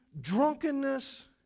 drunkenness